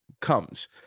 comes